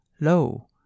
lo